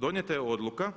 Donijeta je odluka